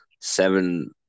seven